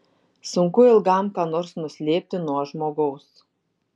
sunku ilgam ką nors nuslėpti nuo žmogaus